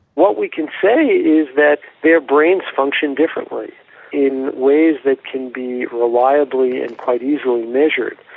what we can say is that their brains function differently in ways that can be reliably and quite easily measured,